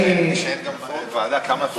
ההצעה להעביר את הנושא לוועדת הכנסת נתקבלה.